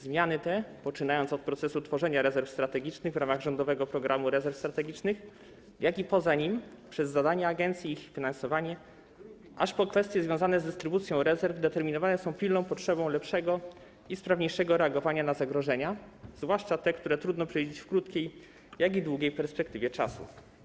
Zmiany te, od procesu tworzenia rezerw strategicznych zarówno w ramach Rządowego Programu Rezerw Strategicznych, jak i poza nim, przez zadania agencji i ich finansowanie, aż po kwestie związane z dystrybucją rezerw, determinowane są pilną potrzebą lepszego i sprawniejszego reagowania na zagrożenia, zwłaszcza te, które trudno przewidzieć i w krótkiej, i w długiej perspektywie czasu.